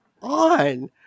on